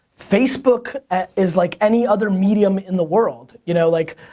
facebook is like any other medium in the world. you know like,